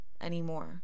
anymore